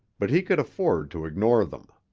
but he could afford to ignore them.